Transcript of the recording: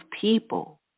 people